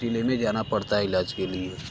ज़िले में जाना पड़ता है इलाज के लिए